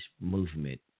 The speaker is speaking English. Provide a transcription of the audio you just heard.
movement